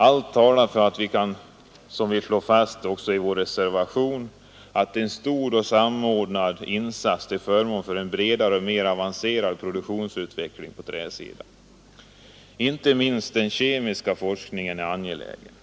Allt talar för — som vi slår fast i vår reservation — en stor och samordnad insats till förmån för en bredare och mer avancerad produktutveckling på träsidan. Inte minst den kemiska forskningen är angelägen.